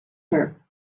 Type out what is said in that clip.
her